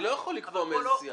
אני לא יכול לקבוע מאיזה סיעה.